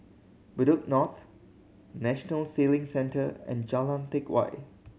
Bedok North National Sailing Centre and Jalan Teck Whye